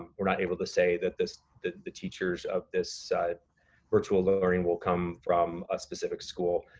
we're not able to say that this, that the teachers of this virtual learning will come from a specific school,